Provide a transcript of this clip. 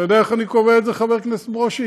אתה יודע איך אני קובע את זה, חבר הכנסת ברושי?